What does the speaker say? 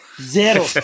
zero